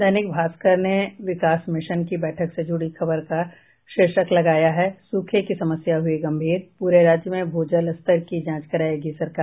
दैनिक भास्कर ने विकास मिशन की बैठक से जुड़ी खबर का शीर्षक लगाया है सूखे की समस्या हुई गंभीर पूरे राज्य में भूजल स्तर की जांच करायेगी सरकार